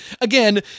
again